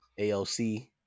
aoc